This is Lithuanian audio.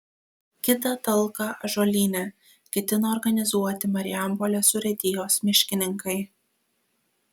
kitą talką ąžuolyne ketina organizuoti marijampolės urėdijos miškininkai